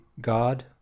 God